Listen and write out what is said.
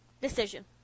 decision